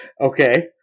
Okay